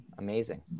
Amazing